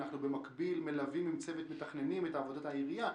במקביל אנחנו מלווים עם צוות מתכננים את עבודת העירייה".